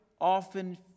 often